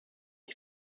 die